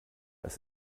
das